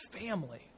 Family